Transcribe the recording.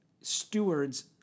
stewards